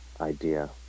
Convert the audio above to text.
idea